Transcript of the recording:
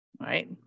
Right